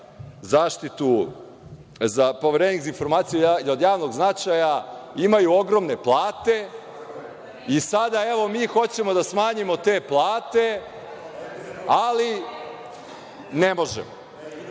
građana i Poverenik za informacije od javnog značaja imaju ogromne plate i sada, evo, mi hoćemo da smanjimo te plate, ali ne možemo.